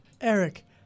Eric